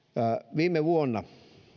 viime vuonna